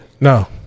No